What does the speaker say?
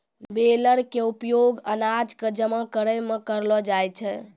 baler के उपयोग अनाज कॅ जमा करै मॅ करलो जाय छै